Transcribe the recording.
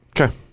Okay